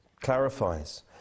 clarifies